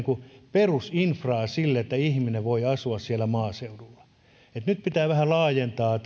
perusinfraa sille että ihminen voi asua siellä maaseudulla että nyt pitää vähän laajentaa